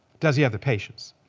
does he have the patience?